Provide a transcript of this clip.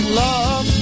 love